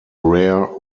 rare